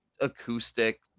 Acoustic